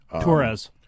Torres